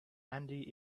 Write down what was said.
andy